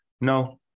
no